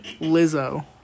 Lizzo